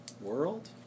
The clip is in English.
world